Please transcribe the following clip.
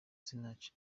sinach